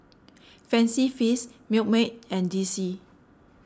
Fancy Feast Milkmaid and D C